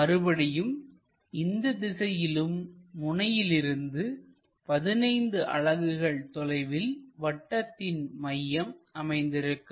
மறுபடியும் இந்த திசையிலும் முனையிலிருந்து 15 அலகுகள் தொலைவில் வட்டத்தின் மையம் அமைந்திருக்கும்